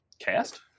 cast